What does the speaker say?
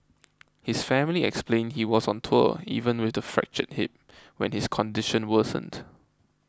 his family explained he was on tour even with the fractured hip when his condition worsened